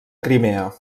crimea